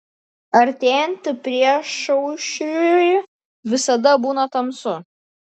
artėjant priešaušriui visada būna tamsu